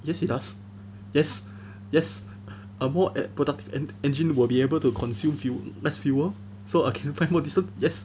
yes it does yes yes a more err productive en~ engine will be able to consume fuel less fuel so it can fly more distance yes